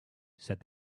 said